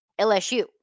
LSU